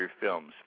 films